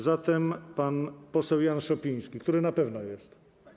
Zatem pan poseł Jan Szopiński, który na pewno jest.